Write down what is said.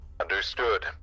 Understood